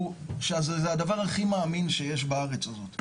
שהוא הדבר הכי מאמין שיש בארץ הזאת.